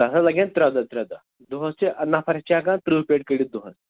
تَتھ حظ لگن ترٛےٚ دۄہ ترٛےٚ دۄہ دۄہَس چھِ نَفر چھِ ہٮ۪کان تٕرٛہ پیٹہِ کٔڈِتھ دۄہَس